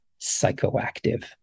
psychoactive